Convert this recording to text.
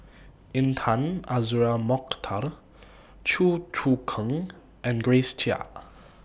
Intan Azura Mokhtar Chew Choo Keng and Grace Chia